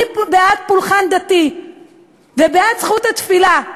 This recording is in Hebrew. אני בעד פולחן דתי ובעד זכות התפילה,